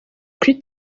kuri